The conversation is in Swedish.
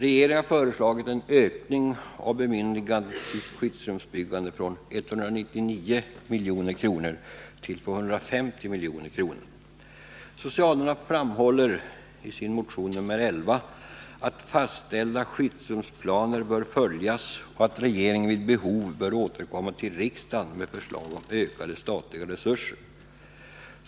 Regeringen har föreslagit en ökning av bemyndigandet för skyddsrumsbyggande från 199 milj.kr. till 250 milj.kr. Socialdemokraterna framhåller i sin reservation 11 att fastställda skyddsrumsplaner bör följas och att regeringen vid behov bör återkomma till riksdagen med förslag om ökade statliga resurser.